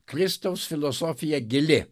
kristaus filosofija gili